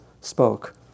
spoke